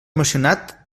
emocionat